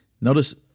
notice